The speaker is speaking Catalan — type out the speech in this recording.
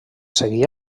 seguí